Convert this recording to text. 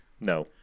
No